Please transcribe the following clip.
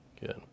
Good